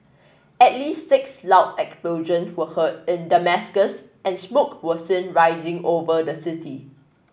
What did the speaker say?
at least six loud explosion were heard in Damascus and smoke was seen rising over the city